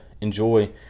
enjoy